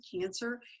cancer